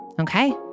Okay